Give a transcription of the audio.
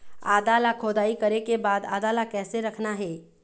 आदा ला खोदाई करे के बाद आदा ला कैसे रखना हे?